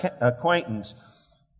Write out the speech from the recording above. acquaintance